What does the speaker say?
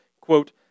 quote